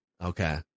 Okay